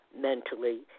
mentally